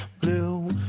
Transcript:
blue